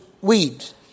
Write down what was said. weeds